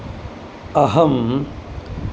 अहम्